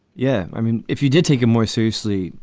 yeah. i mean, if you did take it more seriously,